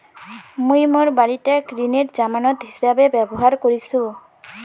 মুই মোর বাড়িটাক ঋণের জামানত হিছাবে ব্যবহার করিসু